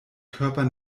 körper